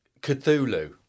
Cthulhu